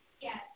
Yes